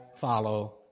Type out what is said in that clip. follow